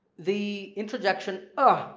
the interjection ah